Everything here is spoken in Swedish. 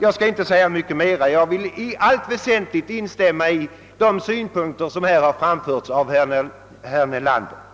Jag skall inte säga något mer, men i allt väsentligt vill jag instämma med de synpunkter som här framförts av herr Nelander.